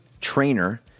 trainer